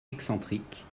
excentrique